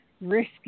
risky